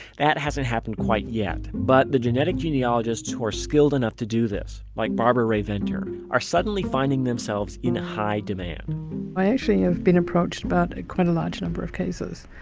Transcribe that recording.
that hasn't happened quite yet, but the genetic genealogists who are skilled enough to do this, like barbara rae-venter, are suddenly finding themselves in high demand i actually have been approached about quite a large number of cold cases.